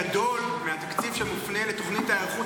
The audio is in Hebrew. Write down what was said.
גדולה מהתקציב שמופנה לתוכנית ההיערכות